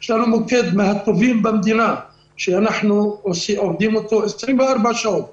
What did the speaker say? יש לנו מוקד מהטובים במדינה שאנחנו מפעילים אותו 24 שעות ביממה.